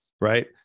Right